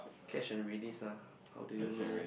catch and release ah how do you know